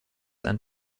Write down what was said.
and